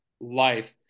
life